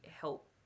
help